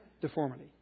deformity